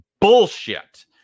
bullshit